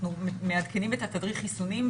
אנחנו מעדכנים את תדריך החיסונים.